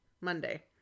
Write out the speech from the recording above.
Monday